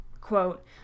quote